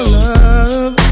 love